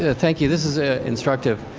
ah thank you. this is ah instructive.